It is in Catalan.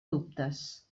dubtes